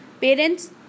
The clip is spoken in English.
Parents